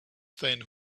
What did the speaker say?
then